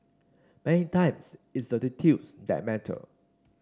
many times it's the details that matter